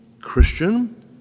Christian